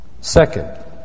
Second